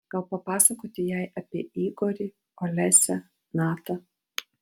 gal papasakoti jai apie igorį olesią natą